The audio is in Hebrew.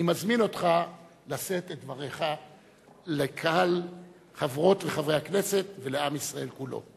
אני מזמין אותך לשאת את דברך לקהל חברות וחברי הכנסת ולעם ישראל כולו.